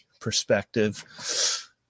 perspective